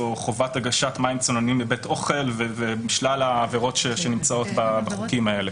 חובת הגשת מים צוננים בבית אוכל ושלל העבירות שנמצאות בחוקים האלה,